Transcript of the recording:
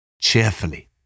cheerfully